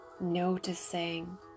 Noticing